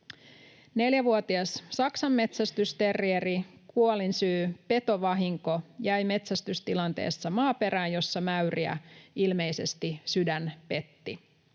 4-vuotias saksanmetsästysterrieri, kuolinsyy petovahinko, jäi metsästystilanteessa maaperään, jossa oli mäyriä, ilmeisesti sydän petti.